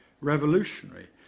revolutionary